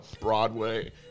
Broadway